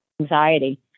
anxiety